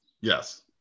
Yes